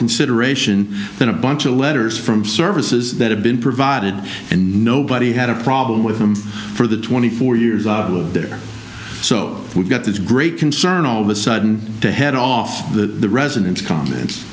consideration than a bunch of letters from services that have been provided and nobody had a problem with them for the twenty four years there so we've got this great concern all of a sudden to head off the president's comments